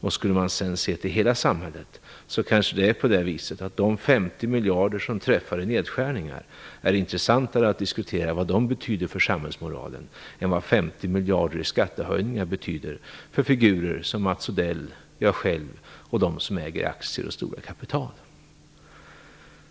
Om man sedan ser till hela samhället, så kanske det är intressantare att diskutera vad de 50 miljarderna i nedskärningar betyder för samhällsmoralen än vad 50 miljarder i skattehöjningar betyder för figurer som Mats Odell, mig själv och dem som äger aktier och stora kapital.